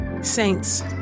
Saints